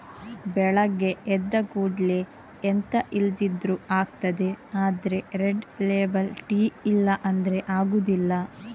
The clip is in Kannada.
ಬೆಳಗ್ಗೆ ಎದ್ದ ಕೂಡ್ಲೇ ಎಂತ ಇಲ್ದಿದ್ರೂ ಆಗ್ತದೆ ಆದ್ರೆ ರೆಡ್ ಲೇಬಲ್ ಟೀ ಇಲ್ಲ ಅಂದ್ರೆ ಆಗುದಿಲ್ಲ